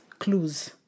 clues